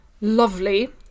lovely